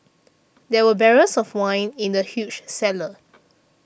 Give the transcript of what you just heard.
there were barrels of wine in the huge cellar